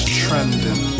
trending